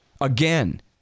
Again